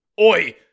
Oi